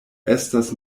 estas